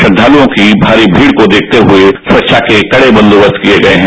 श्रद्वालुओं की भारी भीड़ को देखते हुए सुरक्षा के कड़े बंदोबस्त किये गए हैं